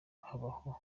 habaho